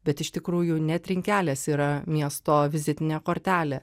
bet iš tikrųjų ne trinkelės yra miesto vizitinė kortelė